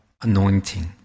anointing